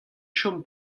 chom